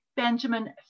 Benjamin